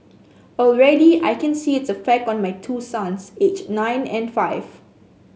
already I can see its effect on my two sons aged nine and five